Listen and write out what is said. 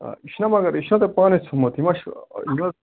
آ یہِ چھُنا مگر یہِ چھُنا تۄہہِ پانَے ژھُنمُت یہِ ما چھُ چھُنہٕ حظ